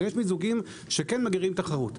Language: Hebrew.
הרי יש מיזוגים שכן מגבירים תחרות,